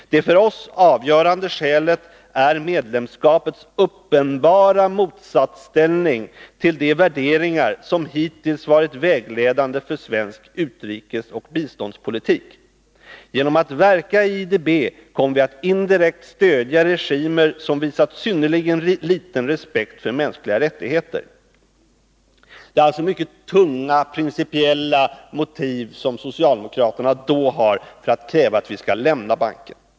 Det för oss avgörande skälet är medlemskapets uppenbara motsatsställning till de värderingar som hittills varit vägledande för svensk utrikesoch biståndspolitik. Genom att verka i IDB kommer vi att indirekt stödja regimer som visat synnerligen liten respekt för mänskliga rättigheter.” Det var alltså mycket tunga, principiella motiv som socialdemokraterna då hade för att kräva att vi skulle lämna banken.